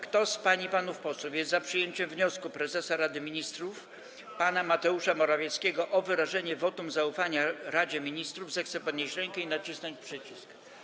Kto z pań i panów posłów jest za przyjęciem wniosku prezesa Rady Ministrów pana Mateusza Morawieckiego o wyrażenie wotum zaufania Radzie Ministrów, zechce podnieść rękę i nacisnąć przycisk.